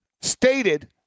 Stated